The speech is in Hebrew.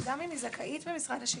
שגם היא זכאית במשרד השיכון,